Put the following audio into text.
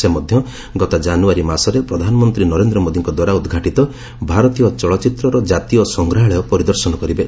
ସେ ମଧ୍ୟ ଗତ କାନୁୟାରୀ ମାସରେ ପ୍ରଧାନମନ୍ତ୍ରୀ ନରେନ୍ଦ୍ର ମୋଦିଙ୍କଦ୍ୱାରା ଉଦ୍ଘାଟିତ ଭାରତୀୟ ଚଳଚ୍ଚିତ୍ରର ଜାତୀୟ ସଂଗ୍ରହାଳୟ ପରିଦର୍ଶନ କରିବେ